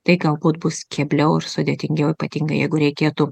tai galbūt bus kėbliau ir sudėtingiau ypatingai jeigu reikėtų